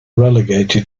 relegated